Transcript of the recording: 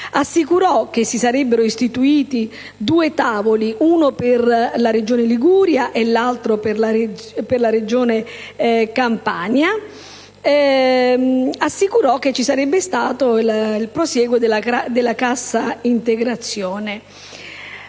che si sarebbero istituiti due tavoli, uno per la regione Liguria e l'altro per la regione Campania; che ci sarebbe stato il prosieguo della cassa integrazione.